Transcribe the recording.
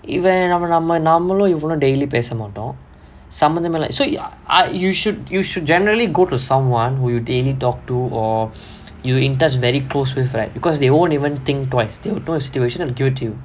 இவன் நம்ம நம்மளும் இவனும்:ivan namma nammalum ivanum daily um பேசமாட்டோம் சம்மதமில்ல:paesamaattom sammathamilla so err ah you should you should generally go to someone who you daily talk to or you in touch very close with right because they won't even think twice they will know the situation